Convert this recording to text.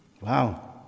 Wow